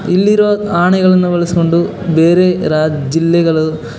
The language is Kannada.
ಇಲ್ಲಿರೋ ಆನೆಗಳನ್ನು ಬಳಸಿಕೊಂಡು ಬೇರೆ ರಾ ಜಿಲ್ಲೆಗಳು